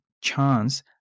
chance